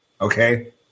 Okay